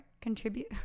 contribute